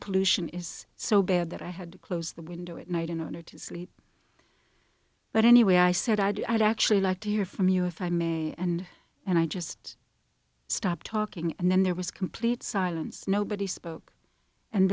pollution is so bad that i had to close the window at night in order to sleep but anyway i said i'd actually like to hear from you if i may and and i just stopped talking and then there was complete silence nobody spoke and